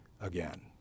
again